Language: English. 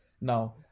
Now